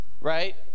Right